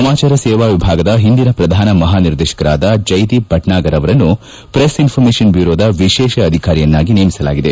ಸಮಾಚಾರ ಸೇವಾ ವಿಭಾಗದ ಹಿಂದಿನ ಪ್ರಧಾನ ಮಹಾನಿರ್ದೇಶಕರಾದ ಜೈದೀಪ್ ಭಿಟ್ನಾಗರ್ ಅವರನ್ನು ಪ್ರೆಸ್ ಇನ್ಸರ್ಮೇಷನ್ ಬ್ಯೂರೋದ ವಿಶೇಷ ಅಧಿಕಾರಿಯನ್ನಾಗಿ ನೇಮಿಸಲಾಗಿದೆ